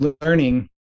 learning